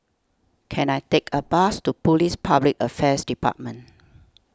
can I take a bus to Police Public Affairs Department